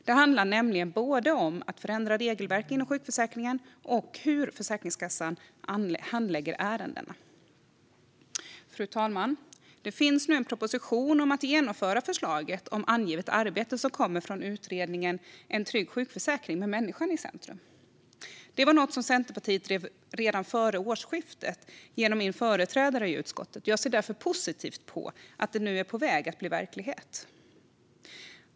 Det handlar nämligen om att förändra både regelverk gällande sjukförsäkringen och Försäkringskassans handläggning av ärendena. Fru talman! Det finns nu en proposition om att genomföra det förslag om angivet arbete som kommer från utredningen En trygg sjukförsäkring med människan i centrum . Detta var något som Centerpartiet drev redan före årsskiftet genom min företrädare i utskottet, och jag ser därför positivt på att det nu är på väg att bli verklighet.